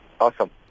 awesome